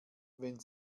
wenn